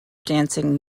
dancing